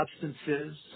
substances